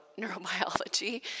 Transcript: neurobiology